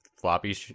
floppy